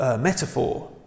metaphor